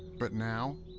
but now,